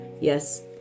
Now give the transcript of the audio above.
Yes